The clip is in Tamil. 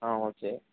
ஆ ஓகே